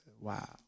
Wow